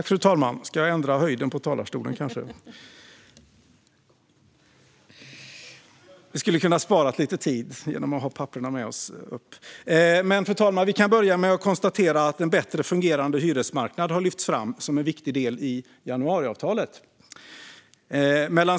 Fru talman! Jag kan börja med att konstatera att en bättre fungerande hyresmarknad har lyfts fram som en viktig del i januariavtalet.